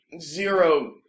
zero